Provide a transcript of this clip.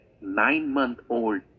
nine-month-old